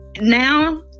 now